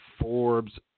Forbes